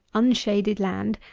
unshaded land,